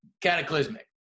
cataclysmic